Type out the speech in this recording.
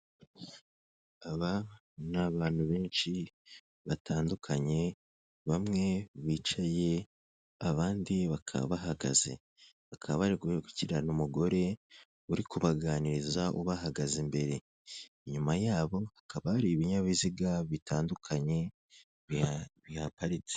Aba ni abantu benshi batandukanye bamwe bicaye abandi bakaba bahagaze, bakaba bari gukurikirana umugore uri kubaganiriza ubahagaze imbere, inyuma yabo hakaba hari ibinyabiziga bitandukanye bihaparitse.